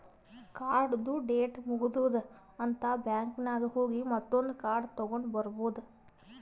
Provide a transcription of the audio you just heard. ಕಾರ್ಡ್ದು ಡೇಟ್ ಮುಗದೂದ್ ಅಂತ್ ಬ್ಯಾಂಕ್ ನಾಗ್ ಹೋಗಿ ಮತ್ತೊಂದ್ ಕಾರ್ಡ್ ತಗೊಂಡ್ ಬರ್ಬಹುದ್